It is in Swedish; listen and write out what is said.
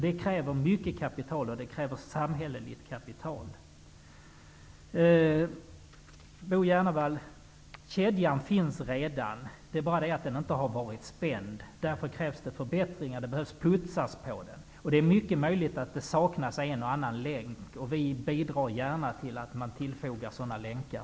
Det kräver mycket kapital, och det kräver samhälleligt kapital. Kedjan finns redan, Bo G Jenevall, det är bara det att den inte har varit spänd. Därför krävs förbättringar. Kedjan behöver putsas, och det är mycket möjligt att det saknas en och annan länk. Vi bidrar gärna till att man tillfogar sådana länkar.